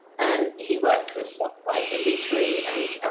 and he worked with like imagery and